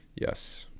Yes